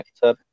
sir